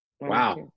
Wow